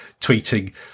tweeting